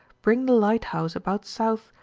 bring the lighthouse about south,